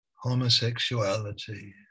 Homosexuality